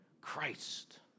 Christ